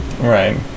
Right